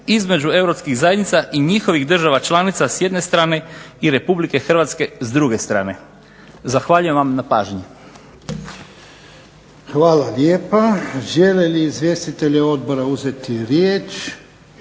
između europskih zajednica i njihovih država članica s jedne strane i RH s druge strane. Zahvaljujem vam na pažnji. **Jarnjak, Ivan (HDZ)** Hvala lijepa. Žele li izvjestitelji odbora uzeti riječ?